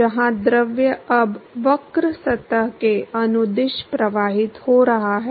जहां द्रव अब वक्र सतह के अनुदिश प्रवाहित हो रहा है